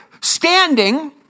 standing